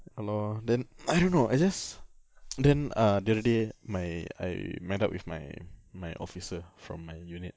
ya loh then I don't know I just then uh the other day my I met up with my my officer from my unit